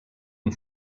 amb